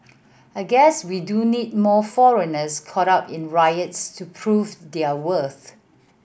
I guess we do need more foreigners caught up in riots to prove their worth